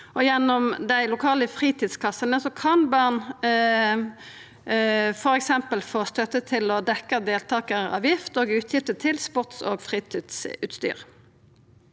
Gjennom dei lokale fritidskassene kan barn f.eks. få støtte til å dekkja deltakaravgift og utgifter til sports- og fritidsutstyr.